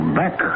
back